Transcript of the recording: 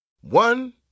One